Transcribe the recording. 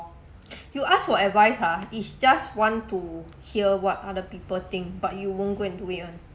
you ask for advice ah it's just want to hear what other people think but you won't go and do it [one]